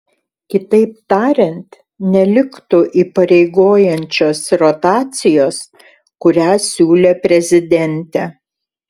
kitaip tariant neliktų įpareigojančios rotacijos kurią siūlė prezidentė